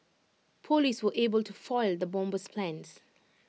Police were able to foil the bomber's plans